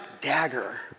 dagger